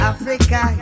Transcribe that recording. Africa